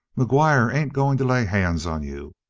mcguire ain't going to lay hands on you.